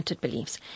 Beliefs